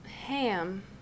Ham